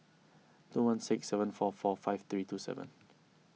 two one six seven four four five three two seven